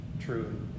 true